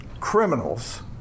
criminals